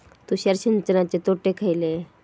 तुषार सिंचनाचे तोटे खयले?